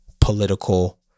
political